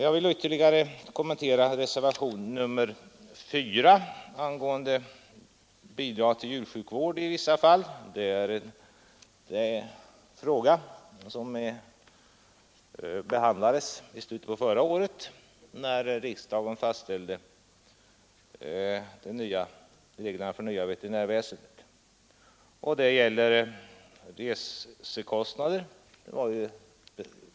Jag vill ytterligare kommentera reservationen 4 angående bidrag till djursjukvård i vissa fall. Det är en fråga som behandlades i slutet på förra året, när riksdagen fastställde reglerna för det nya veterinärväsendet. Det gäller resekostnader.